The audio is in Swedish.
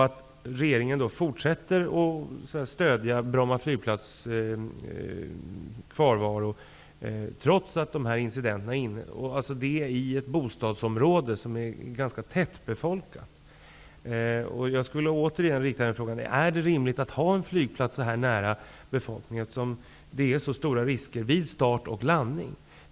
Att fortsätta stödja kvarvarorna av Bromma flygplats som ligger i ett ganska tättbefolkat område skapar stora problem. Jag vill rikta en fråga till statsrådet: Är det rimligt att ha en flygplats så pass nära tätbefolkade områden, när riskerna vid start och landning är så stora?